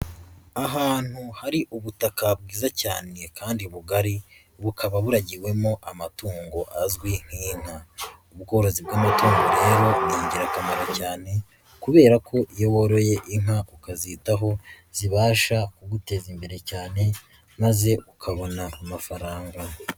Ahantu hari ubutaka bwiza cyane kandi bugari bukaba buragiwemo amatungo azwi nk'inka, ubworozi bw'amatungo rero ni ingirakamaro cyane kubera ko iyo woroye inka ukazitaho zibasha kuguteza imbere cyane maze ukabona amafaranga.